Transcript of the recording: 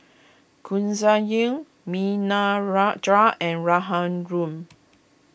Ghanshyam and Raghuram